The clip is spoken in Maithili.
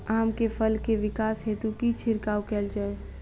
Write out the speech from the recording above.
आम केँ फल केँ विकास हेतु की छिड़काव कैल जाए?